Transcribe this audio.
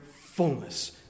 fullness